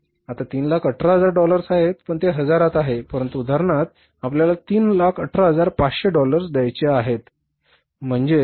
आता 318000 डॉलर्स आहेत पण ते हजारात आहे परंतु उदाहरणार्थ आपल्याला 318500 डॉलर्स द्यायचे आहेत